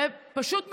ופשוט מתכתבים.